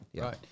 Right